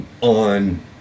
on